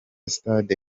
stade